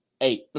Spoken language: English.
Eight